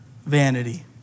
vanity